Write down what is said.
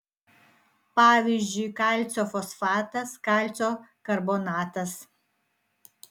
pavyzdžiui kalcio fosfatas kalcio karbonatas